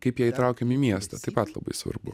kaip ją įtraukiam į miestą taip pat labai svarbu